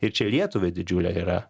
ir čia lietuvai didžiulė yra